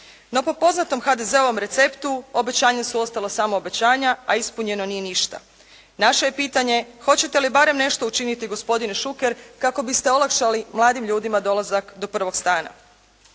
No po poznatom HDZ-ovom receptu obećanja su ostala samo obećanja, a ispunjeno nije ništa. Naše je pitanje, hoćete li barem nešto učiniti gospodine Šuker, kako biste olakšali mladim ljudima dolazak do prvog stana?